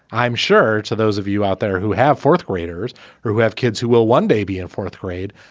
i'm sure to those of you out there who have fourth graders who who have kids who will one day be in fourth grade,